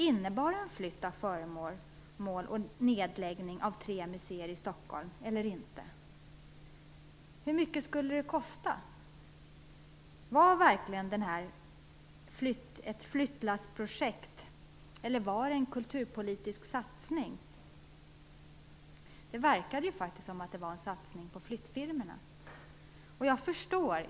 Innebar det en flytt av föremål och nedläggning av tre museer i Stockholm eller inte? Hur mycket skulle det kosta? Var verkligen det här ett flyttlassprojekt, eller var det en kulturpolitisk satsning? Det verkade ju faktiskt vara en satsning på flyttfirmorna.